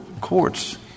courts